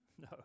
No